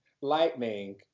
lightning